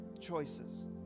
choices